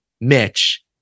Mitch